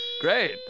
Great